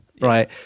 right